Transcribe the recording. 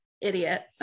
idiot